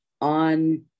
on